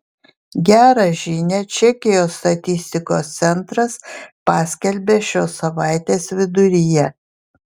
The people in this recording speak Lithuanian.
gerą žinią čekijos statistikos centras paskelbė šios savaitės viduryje